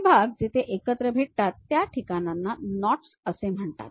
हे भाग जेथे एकत्र भेटतात त्या ठिकाणांना नॉट्स म्हणतात